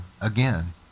again